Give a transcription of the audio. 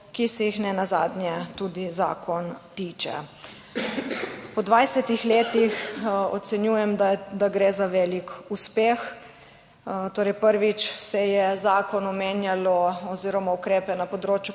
ki se jih nenazadnje tudi zakon tiče. Po 20 letih ocenjujem, da gre za velik uspeh. Torej, prvič se je zakon omenjalo oziroma ukrepe na področju